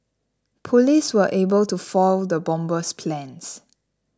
police were able to foil the bomber's plans